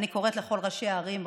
אני קוראת לכל ראשי הערים,